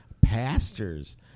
pastors